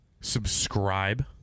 subscribe